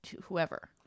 whoever